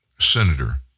Senator